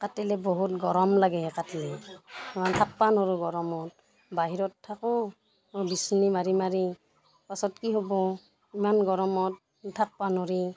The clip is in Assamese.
কাটিলে বহুত গৰম লাগে কাটলি ইমান থাকবা নোৰোঁ গৰমত বাহিৰত থাকোঁ বিচনী মাৰি মাৰি পাছত কি হ'ব ইমান গৰমত থাকবা নোৰি